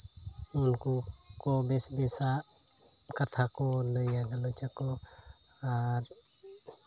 ᱩᱱᱠᱩ ᱠᱚ ᱵᱮᱥ ᱵᱮᱥᱟᱜ ᱞᱟᱹᱭᱟ ᱜᱟᱞᱚᱪ ᱟᱠᱚ ᱟᱨ